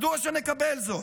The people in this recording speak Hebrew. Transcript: מדוע שנקבל זאת?